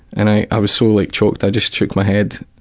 and i i was so like chocked, i just shook my head.